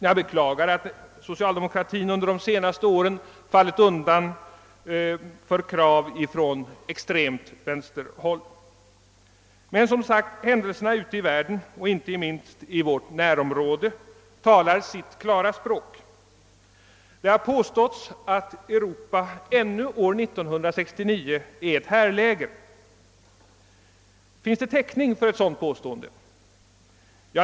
Jag beklagar att socialdemokratin under de senaste åren fallit undan för krav från extremt vänsterhåll. Men, som sagt, händelserna ute i världen och inte minst i vårt närområde talar sitt klara språk. Det har påståtts att Europa ännu år 1969 är ett härläger. Finns det täckning för ett sådant påstående?